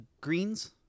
greens